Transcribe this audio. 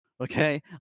Okay